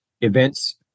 events